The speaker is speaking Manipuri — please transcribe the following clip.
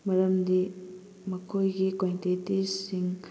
ꯃꯔꯝꯗꯤ ꯃꯈꯣꯏꯒꯤ ꯀ꯭ꯋꯦꯟꯇꯤꯇꯤꯁꯤꯡ